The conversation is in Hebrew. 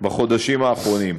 בחודשים האחרונים.